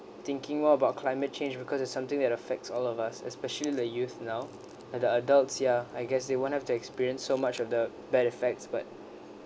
thinking more about climate change because it's something that affects all of us especially the youth now and the adults ya I guess they won't have to experience so much of the bad effects but